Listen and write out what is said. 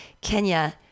Kenya